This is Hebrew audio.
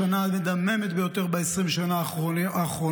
השנה המדממת ביותר ב-20 השנים האחרונות.